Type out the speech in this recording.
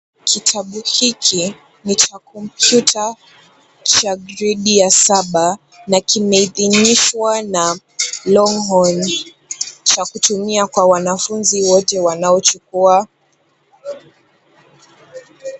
Kitabu hiki ni cha kompyuta cha gredi ya saba na kimeidhinishwa na Longhorn cha kutumia kwa wanafunzi wote wanaochukua.